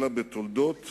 אלא בתולדות